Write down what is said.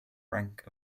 rank